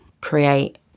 create